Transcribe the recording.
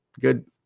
good